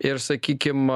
ir sakykim